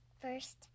First